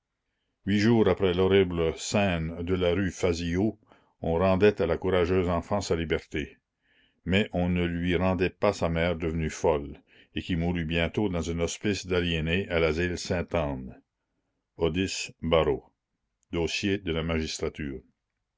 huit jours après l'horrible scène de la rue fazilleau en rendait à la courageuse enfant sa liberté mais on ne lui rendait pas sa mère devenue folle et qui mourut bientôt dans un hospice d'aliénés à l'asile sainte-anne odysse barot dossier de la magistrature